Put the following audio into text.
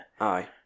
Aye